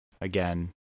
again